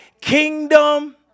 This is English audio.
kingdom